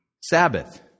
Sabbath